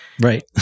right